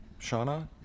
Shauna